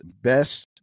best